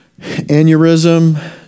aneurysm